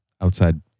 outside